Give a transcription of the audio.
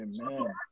Amen